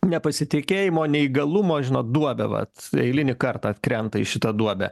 nepasitikėjimo neįgalumo žinot duobę vat eilinį kartą krenta į šitą duobę